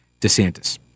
desantis